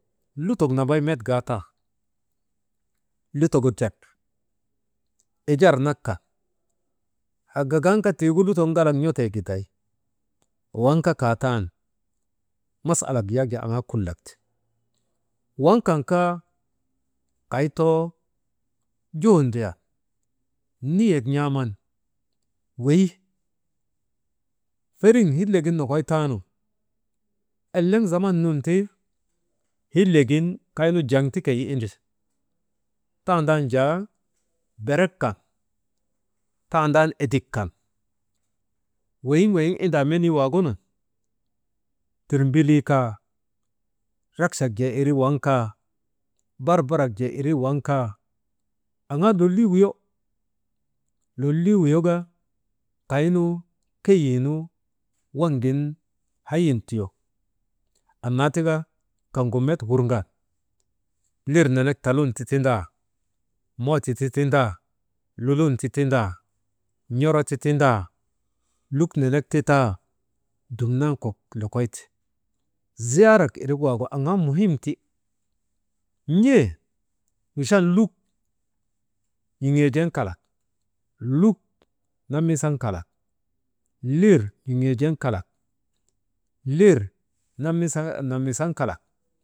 Lutok nambay met gaataan lutogu drep ijar nak kaa, haa gagan kaa tiigu lutok ŋalak n̰otee giday waŋ kaa katan masalak aŋaa kulak ti. Waŋ too juhut ndriya niyek n̰aaman weyi. Feriŋ hillegin nokoy taanu eleŋ zaman nun ti, hillegin kaynu jaŋ ti keyi indri, tandam jaa berek kan tandan edik kan weyin weyiŋ indaa menii waagunun, tirmbilii kaa, rakchak jee irii waŋ kaa barbarak jee irii waŋ kaa aŋaa lolii wuyo, lolii wuyoka kaynu keyiinu waŋgin hayin tiyo, annaa tika kaŋ met wurŋan lir nenek talun ti tindaa mooto ti tindaa, lulun ti tindaa n̰oro ti tindaa, luk nenek ti taa dumnan kok lokoyte. Ziyaarak irik waagu aŋaa muhimti, n̰ee fichan luk n̰iŋeejeŋ kalak, luk namisaŋ kalak, lir n̰Iŋeejeŋ kalak, lir «hesitation», namisaŋ kalak.